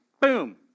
boom